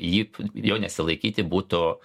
ji jo nesilaikyti būtų